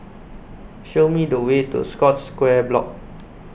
Show Me The Way to Scotts Square Block